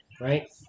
right